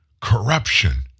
corruption